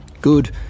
good